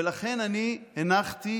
ולכן אני הנחתי,